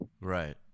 right